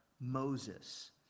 Moses